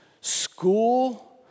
school